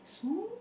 soup